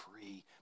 free